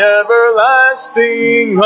everlasting